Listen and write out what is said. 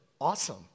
awesome